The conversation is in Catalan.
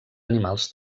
animals